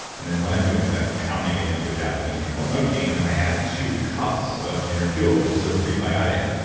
and then what i'm doing is i'm pounding it into a japanese thing called mochi and then i add two cups of inner fuel, which is a prebiotic.